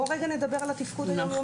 בו רגע נדבר על התפקוד היום-יומי.